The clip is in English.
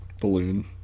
Balloon